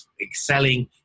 excelling